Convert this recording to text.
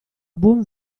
buon